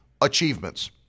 achievements